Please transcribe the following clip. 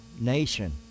nation